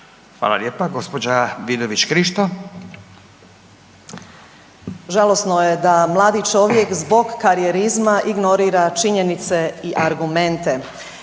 Karolina (Nezavisni)** Žalosno je da mladi čovjek zbog karijerizma ignorira činjenice i argumente.